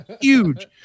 huge